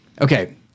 okay